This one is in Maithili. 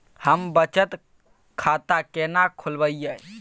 हम बचत खाता केना खोलइयै?